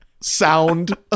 sound